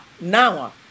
now